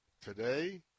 today